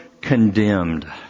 condemned